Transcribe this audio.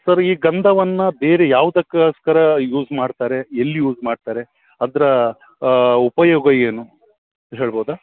sir ಈ ಗಂಧವನ್ನು ಬೇರೆ ಯಾವುದಕ್ಕೋಸ್ಕರ ಯೂಸ್ ಮಾಡ್ತಾರೆ ಎಲ್ಲಿ ಯೂಸ್ ಮಾಡ್ತಾರೆ ಅದರ ಉಪಯೋಗ ಏನು ಹೇಳ್ಬೋದಾ